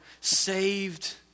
saved